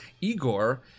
Igor